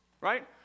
right